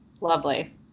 Lovely